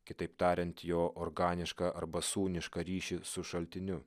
kitaip tariant jo organišką arba sūnišką ryšį su šaltiniu